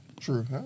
true